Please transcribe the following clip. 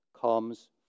comes